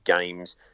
games